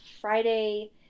Friday